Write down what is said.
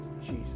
Jesus